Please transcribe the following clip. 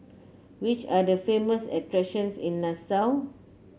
which are the famous attractions in Nassau